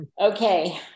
okay